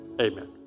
Amen